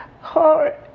hard